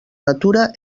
natura